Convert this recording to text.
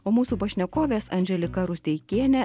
o mūsų pašnekovės andželika rusteikienė